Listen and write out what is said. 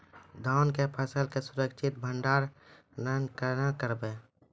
धान के फसल के सुरक्षित भंडारण केना करबै?